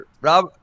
Rob